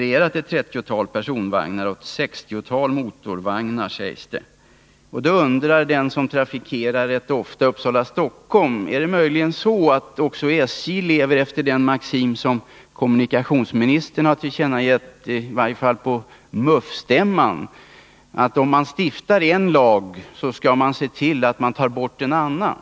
Ett 30-tal personvagnar och ett 60-tal motorvagnar har redan levererats.” Den som rätt ofta trafikerar sträckan Uppsala-Stockholm ställer sig frågan om det möjligen är så att också SJ lever efter den maxim som kommunikationsministern har tillkännagivit — i varje fall gjorde han det på MUF-stämman — och som innebär följande: Om man stiftar en lag, så skall man se till att man tar bort en annan.